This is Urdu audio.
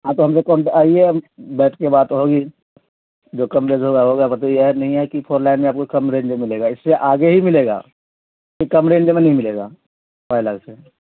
ہاں تو ہم کون آئیے بیٹھ کے بات ہوگی جو کم رینج ہوگا ہوگا بط یہ نہیں ہے کہ فورون لائن میں آپ کو کم رینج میں ملے گا اس سے آگے ہی ملے گا کہ کم رینج میں نہیں ملے گا ف الگ سے